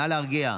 נא להרגיע.